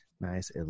nice